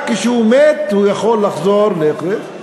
רק כשהוא מת הוא יכול לחזור לאקרית.